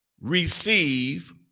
receive